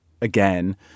again